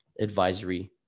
advisory